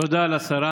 תודה לשרה.